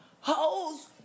Hoes